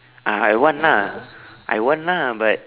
ah I want lah I want lah but